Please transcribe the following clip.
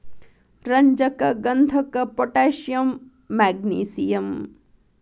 ರಂಜಕ ಗಂಧಕ potassium magnesium